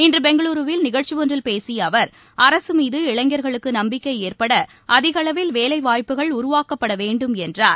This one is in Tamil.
இன்றுபெங்களுருவில் நிகழ்ச்சிஒன்றில் பேசியஅவர் அரசுமீது இளைஞர்களுக்குநம்பிக்கைஏற்படஅதிகளவில் வேலைவாய்ப்புகள் உருவாக்கப்படவேண்டும் என்றார்